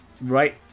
right